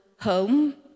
home